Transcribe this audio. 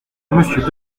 monsieur